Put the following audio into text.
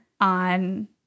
on